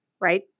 right